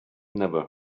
never